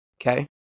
Okay